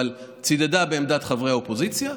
צידדה בעמדת חברי האופוזיציה,